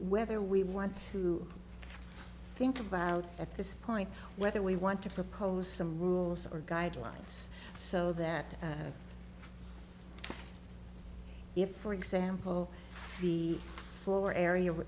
whether we want to i think about at this point whether we want to propose some rules or guidelines so that if for example the floor area